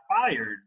fired